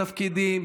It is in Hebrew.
תפקידים,